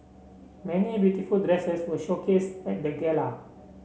many beautiful dresses were showcased at the gala